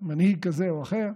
מנהיג כזה או אחר,